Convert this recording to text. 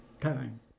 time